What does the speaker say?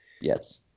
Yes